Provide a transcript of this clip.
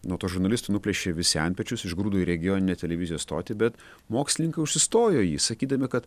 nuo to žurnalisto nuplėšė visi antpečius išgrūdo į regioninę televizijos stotį bet mokslininkai užsistojo jį sakydami kad